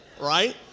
right